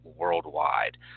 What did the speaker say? worldwide